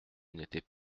n’étaient